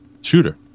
shooter